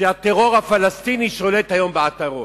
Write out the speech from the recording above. לזה שהטרור הפלסטיני שולט היום בעטרות.